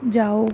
ਜਾਓ